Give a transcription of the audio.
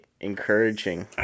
encouraging